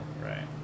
right